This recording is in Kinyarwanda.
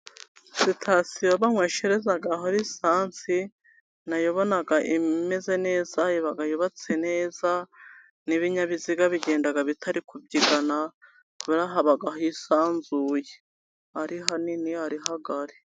Sitasiyo banywesherezaho risansi, na yo ubona imeze neza, iba yubatse neza, n'ibinyabiziga bigenda bitari kubyigana, kubera ko haba hisanzuye, ari hanini, ari hagari.